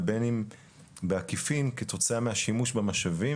ובין אם בעקיפין כתוצאה מהשימוש במשאבים